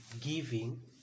giving